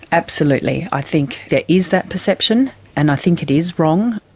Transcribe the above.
absolutely. i think there is that perception and i think it is wrong.